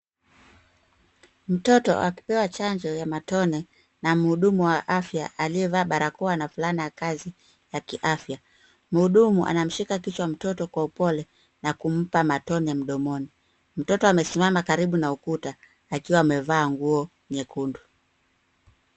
Mtoto akipewa chanjo ya matone na mhudumu wa afya aliyevaa barakoa na fulana ya kazi ya kiafya. Mhudumu anamshika mtoto kwa kichwa kwa upole na kumpa matone mdomoni. Mtoto amesimama karibu na ukuta, akiwa amevaa nguo nyekundu.